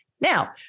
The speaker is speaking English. now